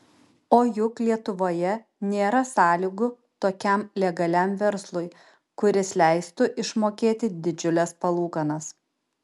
o juk lietuvoje nėra sąlygų tokiam legaliam verslui kuris leistų išmokėti didžiules palūkanas